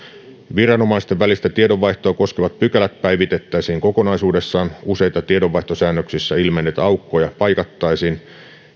viranomaisten välistä tiedonvaihtoa koskevat pykälät päivitettäisiin kokonaisuudessaan useita tiedonvaihtosäännöksissä ilmenneitä aukkoja paikattaisiin